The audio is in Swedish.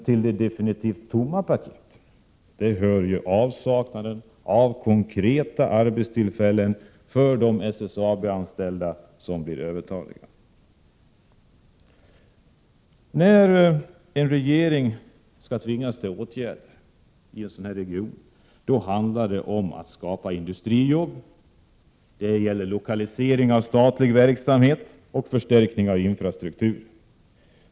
Till de definitivt tomma paketen hör avsaknaden av konkreta arbetstillfällen för de SSAB-anställda som blir övertaliga. När en regering tvingas till åtgärder i en sådan här region handlar det om att skapa industrijobb, lokalisering av statlig verksamhet och förstärkning av infrastrukturen.